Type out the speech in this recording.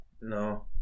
No